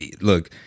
look